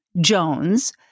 Jones